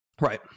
Right